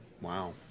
Wow